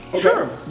Sure